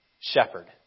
shepherd